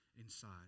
inside